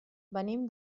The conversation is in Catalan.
venim